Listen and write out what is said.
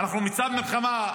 אנחנו במצב מלחמה,